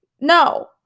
No